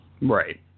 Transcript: Right